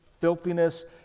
filthiness